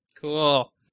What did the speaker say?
Cool